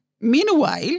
meanwhile